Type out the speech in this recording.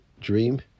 dream